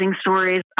stories